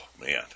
man